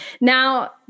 Now